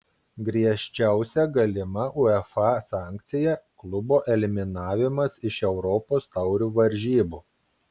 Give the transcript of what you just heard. griežčiausia galima uefa sankcija klubo eliminavimas iš europos taurių varžybų